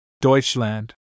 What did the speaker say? Deutschland